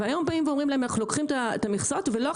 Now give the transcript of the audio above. והיום אומרים להם שלוקחים את המכסות ולא,